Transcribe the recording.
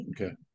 okay